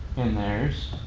in theirs.